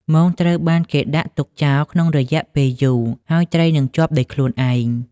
មងត្រូវបានគេដាក់ទុកចោលក្នុងរយៈពេលយូរ ហើយត្រីនឹងជាប់ដោយខ្លួនឯង។